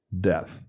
death